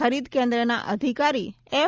ખરીદ કેન્દ્રના અધિકારી એફ